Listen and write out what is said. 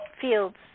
fields